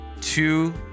two